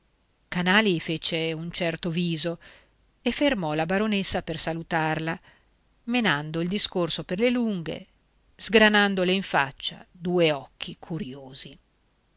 canali fece un certo viso e fermò la baronessa per salutarla menando il discorso per le lunghe sgranandole in faccia due occhi curiosi